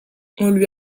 lui